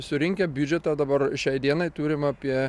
surinkę biudžetą dabar šiai dienai turim apie